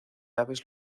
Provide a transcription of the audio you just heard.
aves